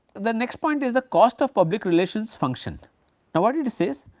the next point is the cost of public relations function now what it says?